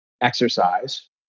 exercise